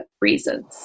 reasons